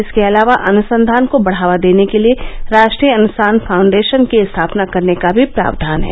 इसके अलावा अनुसंधान को बढ़ावा देने को लिए राष्ट्रीय अनुसान फाउंडेशन की स्थापना करने का भी प्रावधान है